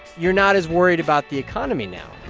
you're not as worried about the economy now